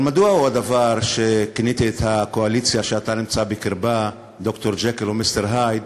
אבל מדוע כיניתי את הקואליציה שאתה נמצא בקרבה "ד"ר ג'קיל ומיסטר הייד"?